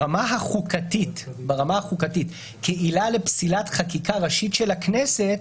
ברמה החוקתית, כעילה לפסילת חקיקה ראשית של הכנסת,